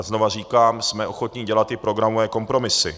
Znovu říkám, že jsme ochotni dělat i programové kompromisy.